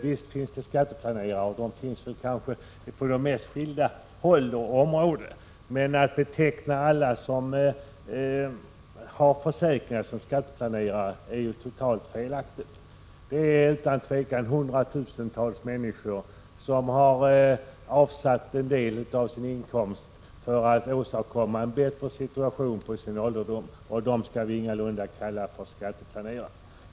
Visst finns det skatteplanerare — de finns på de mest skilda håll och inom de mest skilda områden — men att beteckna alla försäkringstagare som skatteplanerare är totalt felaktigt. Bland dem finns utan tvivel över hundratusentals människor som har avsatt en del av sin inkomst för att åstadkomma en bättre situation på sin ålderdom. Dem skall vi ingalunda kalla för skatteplanerare.